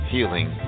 Healing